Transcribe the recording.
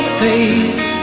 face